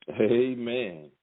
amen